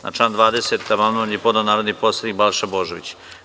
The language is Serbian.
Na član 20. amandman je podneo narodni poslanik Balša Božović.